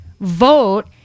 vote